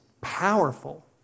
powerful